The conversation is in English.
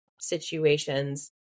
situations